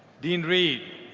dean reed.